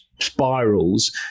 spirals